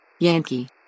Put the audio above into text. Yankee